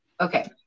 Okay